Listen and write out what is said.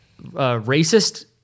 racist